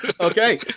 Okay